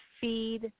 feed